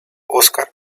oscar